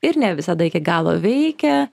ir ne visada iki galo veikia